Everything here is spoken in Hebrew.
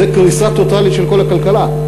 זאת קריסה טוטלית של כל הכלכלה.